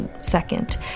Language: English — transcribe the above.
second